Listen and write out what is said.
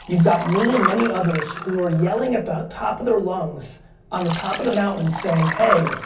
you've got me and many others who are yelling at the top of their lungs on the top of the mountain saying, hey,